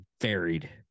varied